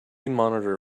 monitor